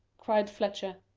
cried fletcher.